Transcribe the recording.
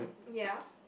ya